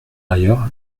ailleurs